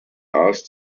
asked